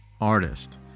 artist